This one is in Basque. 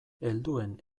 helduen